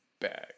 bag